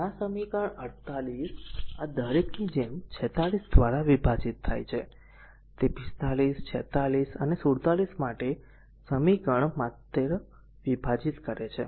આ સમીકરણ 48 આ દરેકની જેમ 46 દ્વારા વિભાજીત થાય છે તે r 45 46 અને 47 માટે r સમીકરણ માત્ર વિભાજીત કરે છે